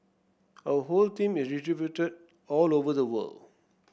our whole team is distributed all over the world